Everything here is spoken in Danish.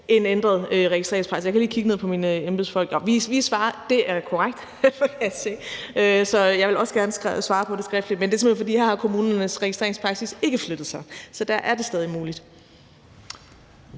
en ændret registreringspraksis. Jeg kigger lige ned på mine embedsfolk – det er korrekt! Jeg vil også gerne svare på det skriftligt. Men det er simpelt hen, fordi kommunernes registreringspraksis her ikke har flyttet sig, så der er det stadig muligt.